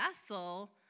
vessel